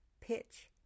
pitch